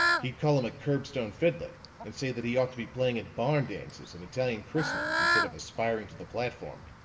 he'd call him a curbstone fiddler, and say that he ought to be playing at barn dances and italian christenings instead of aspiring to the platform.